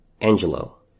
Angelo